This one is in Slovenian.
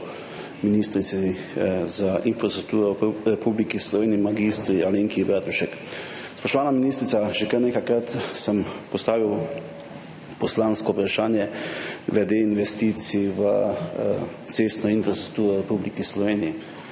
ministrici za infrastrukturo v Republiki Sloveniji mag. Alenki Bratušek. Spoštovana ministrica, že kar nekajkrat sem postavil poslansko vprašanje glede investicij v cestno infrastrukturo v Republiki Sloveniji.